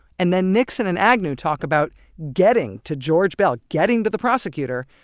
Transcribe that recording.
and then nixon and agnew talk about getting to george beall, getting to the prosecutor,